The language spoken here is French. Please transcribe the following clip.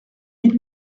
mille